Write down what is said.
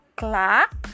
clock